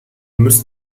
müsst